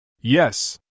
Yes